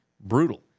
Brutal